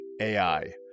AI